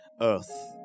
earth